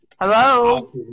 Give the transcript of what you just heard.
Hello